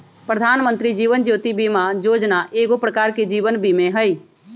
प्रधानमंत्री जीवन ज्योति बीमा जोजना एगो प्रकार के जीवन बीमें हइ